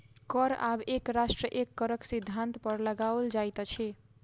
कर आब एक राष्ट्र एक करक सिद्धान्त पर लगाओल जाइत अछि